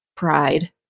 pride